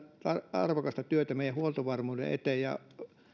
arvokasta työtä meidän huoltovarmuutemme eteen ja